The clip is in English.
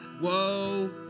Whoa